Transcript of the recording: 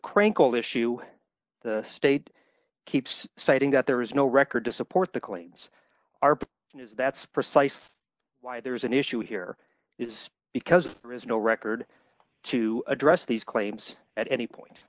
crinkle issue the state keeps citing that there is no record to support the claims are that's precisely why there is an issue here is because there is no record to address these claims at any point